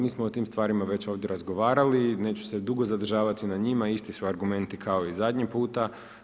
Mi smo o tim stvarima već ovdje razgovarali i neću se dugo zadržavati na njima i isti su argumenti kao i zadnji puta.